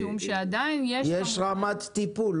יש רמת טיפול.